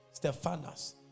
Stephanas